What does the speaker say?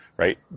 right